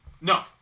No